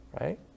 Right